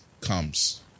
comes